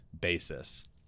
basis